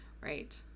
right